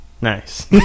Nice